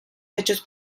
hechos